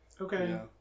Okay